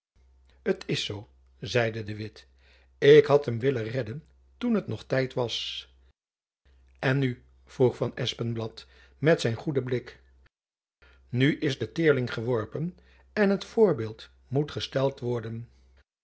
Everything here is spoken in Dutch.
t is zoo zeide de witt ik had hem willen redden toen t nog tijd was en nu vroeg van espenblad met zijn goedden blik nu is de teerling geworpen en het voorbeeld moet gesteld worden